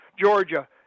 Georgia